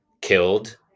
killed